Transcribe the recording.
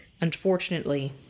Unfortunately